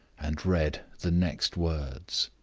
and read the next words